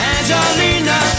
Angelina